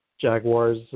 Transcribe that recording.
Jaguars